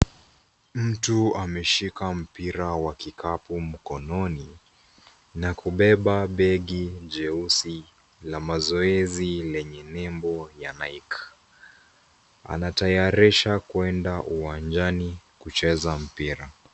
Mtu ameshika mpira wa kikapu mkononi, na kubeba begi jeusi, la mazoezi lenye nembo ya Nike. Anatayarisha kwenda uwanjani, kucheza mpira.